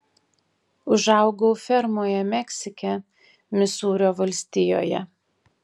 užaugau fermoje meksike misūrio valstijoje